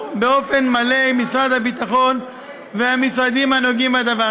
באופן מלא עם משרד הביטחון והמשרדים הנוגעים בדבר.